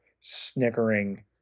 snickering